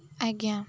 ଆଜ୍ଞା